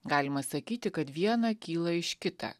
galima sakyti kad viena kyla iš kita